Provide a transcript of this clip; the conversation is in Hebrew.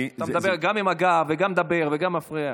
אתה מדבר גם עם הגב, גם מדבר וגם מפריע.